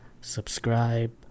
subscribe